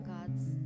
God's